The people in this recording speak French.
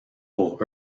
pour